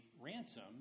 ransom